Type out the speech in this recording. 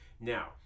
Now